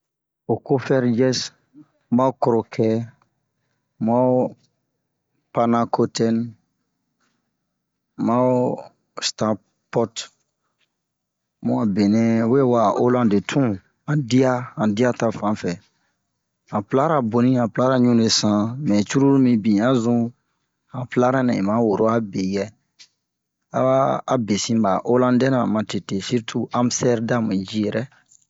ho kofɛrjɛse ma ho krokɛ ma ho panakotɛne ma ho stapɔte mu a benɛ we wa'a holande tun han diya han diya ta fanfɛ han plara boni han plara zunle san mɛ curulu mibin a zun han plara nɛ un ma wura be yɛ aba a besin ɓa holandɛ-ra matete sirtu amstɛrdame ji yɛrɛ